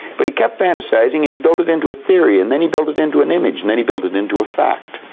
but he kept fantasizing, and he built it into a theory, and then he built it into an image, and then he built it into a fact.